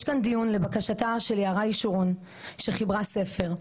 יש כאן דיון לבקשתה של יערה ישורון שחיברה ספר.